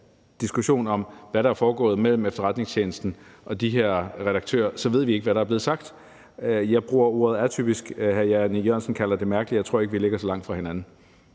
diskussion om, hvad der er foregået mellem efterretningstjenesten og de her redaktører, ved vi ikke, hvad der er blevet sagt. Jeg bruger ordet atypisk, og hr. Jan E. Jørgensen kalder det for mærkeligt – jeg tror ikke, at vi ligger så langt fra hinanden.